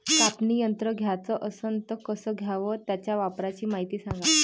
कापनी यंत्र घ्याचं असन त कस घ्याव? त्याच्या वापराची मायती सांगा